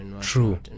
True